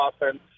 offense